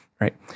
right